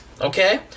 okay